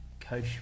coach